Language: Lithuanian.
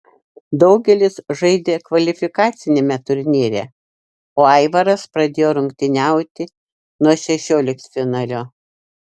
daugelis žaidė kvalifikaciniame turnyre o aivaras pradėjo rungtyniauti nuo šešioliktfinalio